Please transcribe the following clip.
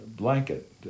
blanket